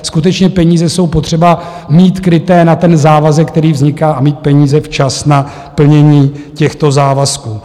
Skutečně peníze jsou potřeba mít kryté na závazek, který vzniká, a mít peníze včas na plnění těchto závazků.